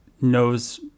knows